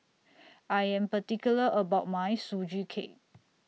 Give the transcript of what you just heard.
I Am particular about My Sugee Cake